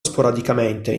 sporadicamente